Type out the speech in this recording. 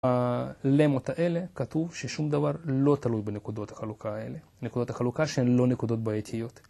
‫הדילמות האלה כתוב ששום דבר ‫לא תלוי בנקודות החלוקה האלה. ‫נקודות החלוקה ‫שהן לא נקודות בעייתיות.